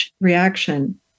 reaction